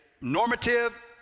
normative